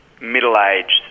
middle-aged